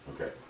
Okay